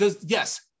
yes